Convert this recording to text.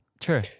True